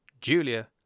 Julia